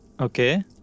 Okay